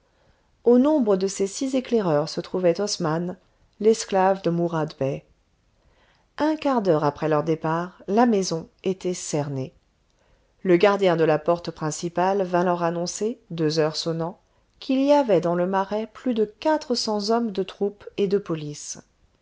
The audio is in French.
au nombre de ces six éclaireurs se trouvait osman l'esclave de mourad bey un quart d'heure après leur départ la maison était cernée le gardien de la porte principale vint leur annoncer deux heures sonnant qu'il y avait dans le marais plus de quatre cents hommes de troupe et de police